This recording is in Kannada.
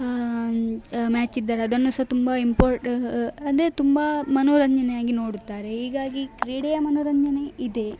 ಮ್ಯಾಚಿದ್ದರೆ ಅದನ್ನು ಸಹ ತುಂಬ ಇಂಪೋರ್ಟ್ ಅಂದರೆ ತುಂಬ ಮನೋರಂಜನೆಯಾಗಿ ನೋಡುತ್ತಾರೆ ಹೀಗಾಗಿ ಕ್ರೀಡೆಯ ಮನೋರಂಜನೆ ಇದೆ